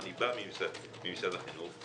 אני בא ממשרד החינוך.